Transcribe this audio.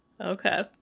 Okay